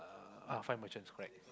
uh ah find merchants correct